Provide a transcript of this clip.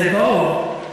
זה ברור.